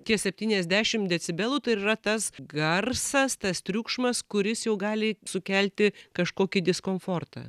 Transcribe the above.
tie septyniasdešimt decibelų tai yra tas garsas tas triukšmas kuris jau gali sukelti kažkokį diskomfortą